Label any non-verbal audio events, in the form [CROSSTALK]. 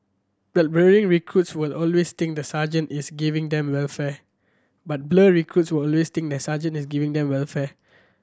but [UNINTELLIGIBLE] recruits will always think the sergeant is giving them welfare but blur recruits will always think the sergeant is giving them welfare